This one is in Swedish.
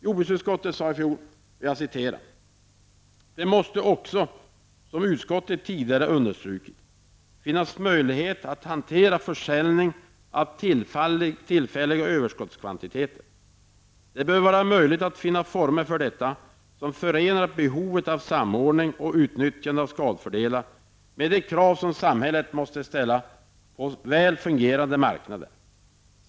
Jordbruksutskottet uttalade i fjol: ''Det måste också, som utskottet tidigare understrukit, finnas möjlighet att hantera försäljning av tillfälliga överskottskvantiteter. Det bör vara möjligt att finna former för detta som förenar behovet av samordning och utnyttjande av skalfördelar med de krav som samhället måste ställa på väl fungerande marknader.